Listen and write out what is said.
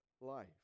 life